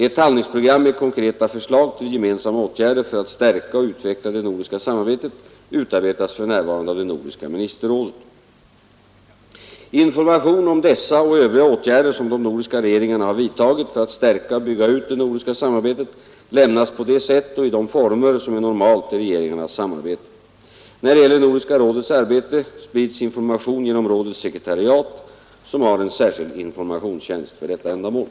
Ett handlingsprogram med konkreta förslag till gemensamma åtgärder för att stärka och utveckla det nordiska samarbetet utarbetas för närvarande av det nordiska ministerrådet. Information om dessa och övriga åtgärder som de nordiska regeringarna har vidtagit för att stärka och bygga ut det nordiska samarbetet lämnas på det sätt och i de former som är normalt i regeringarnas arbete. När det gäller Nordiska rådets arbete sprids information genom rådets sekretariat som har en särskild informationstjänst för detta ändamål.